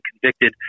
convicted